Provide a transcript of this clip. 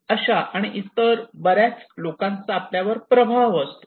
अशा आणि इतर बऱ्याच लोकांचा आपल्यावर प्रभाव असतो